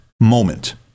Moment